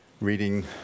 reading